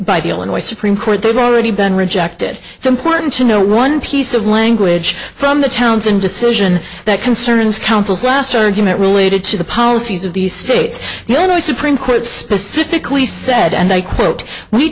by the illinois supreme court they've already been rejected so important to no one piece of language from the towns and decision that concerns councils last argument related to the policies of these states the only supreme court specifically said and i quote we